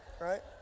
Right